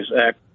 act